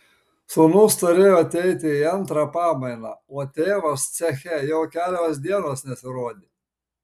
sūnus turėjo ateiti į antrą pamainą o tėvas ceche jau kelios dienos nesirodė